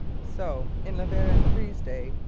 so, in la verendrye's day,